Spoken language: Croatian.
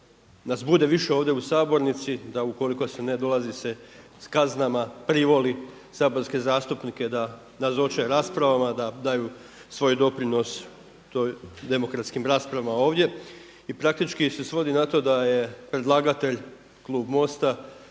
nas bude više ovdje u sabornici, da ukoliko se ne dolazi se s kaznama privoli saborske zastupnike da nazoče raspravama, da daju svoj doprinos demokratskim raspravama ovdje i praktički se svodi na to da je predlagatelj klub MOST-a